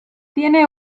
tiene